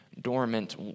Dormant